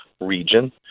region